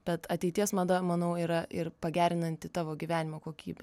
bet ateities mada manau yra ir pagerinanti tavo gyvenimo kokybę